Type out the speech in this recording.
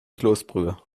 kloßbrühe